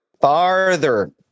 farther